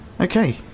Okay